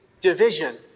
division